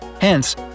Hence